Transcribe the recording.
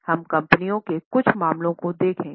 हम कंपनियों के कुछ मामलों को देखेंगे